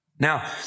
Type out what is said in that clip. Now